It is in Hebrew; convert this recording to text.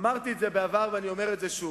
אמרתי את זה בעבר ואני אומר את זה שוב: